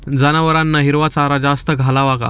जनावरांना हिरवा चारा जास्त घालावा का?